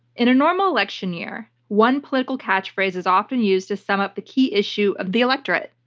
in a normal election year, one political catchphrase is often used to sum up the key issue of the electorate.